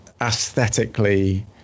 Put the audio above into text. aesthetically